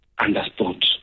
understood